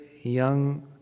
young